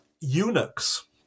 eunuchs